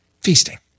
Feasting